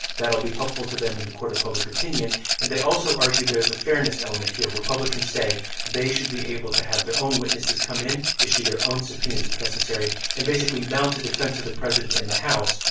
that'll be helpful to them in the court of public opinion and they also argue there's a fairness element here. republicans say they should be able to have their own witnesses come in, issue their own subpoenas if necessary, and basically mount a defense of the president in the house,